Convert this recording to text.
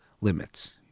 limits